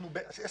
וואט.